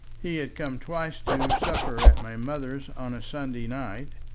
he had come twice to supper at my mother's on a sunday night,